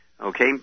Okay